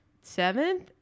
seventh